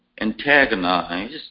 antagonize